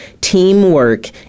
Teamwork